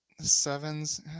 sevens